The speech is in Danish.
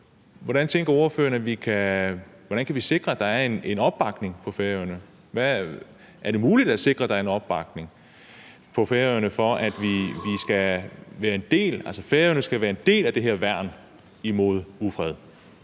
vi kan sikre, at der er en opbakning på Færøerne? Er det muligt at sikre, at der er en opbakning på Færøerne til, at Færøerne skal være en del af det her værn imod ufred?